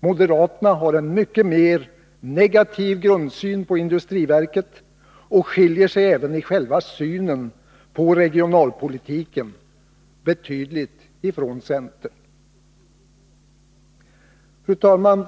moderaterna har en mycket mer negativ grundsyn på industriverket och skiljer sig även i själva synen på regionalpolitiken betydligt från centern. Fru talman!